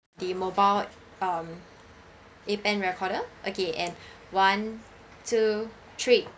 the mobile um event recorder okay and one two three